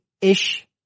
Ish